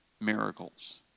miracles